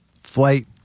flight